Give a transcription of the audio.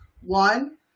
One